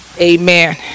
Amen